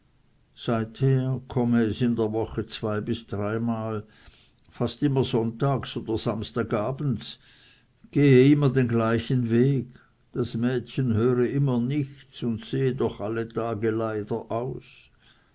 seither komme es in der woche zwei bis dreimal fast immer sonntags oder samstags abend gehe immer den gleichen weg das mädchen höre immer nichts und sehe doch alle tage leider aus